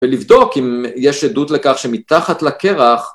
ולבדוק אם יש עדות לכך שמתחת לקרח